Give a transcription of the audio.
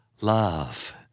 Love